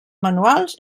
manuals